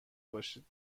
باشید